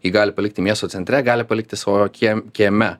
jį gali palikti miesto centre gali palikti savo kiem kieme